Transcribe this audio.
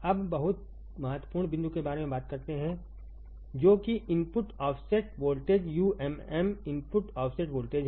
अब बहुत महत्वपूर्ण बिंदु के बारे में बात करते हैं जो कि input offset voltage umm input offset voltage है